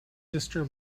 sister